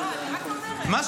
פורר.